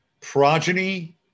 progeny